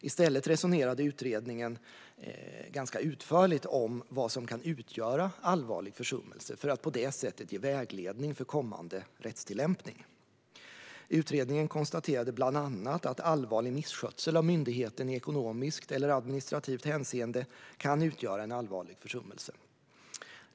I stället resonerade utredningen ganska utförligt om vad som kan utgöra allvarlig försummelse för att på det sättet ge vägledning för kommande rättstillämpning. Utredningen konstaterade bland annat att allvarlig misskötsel av myndigheten i ekonomiskt eller administrativt hänseende kan utgöra en allvarlig försummelse.